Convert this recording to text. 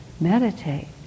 meditate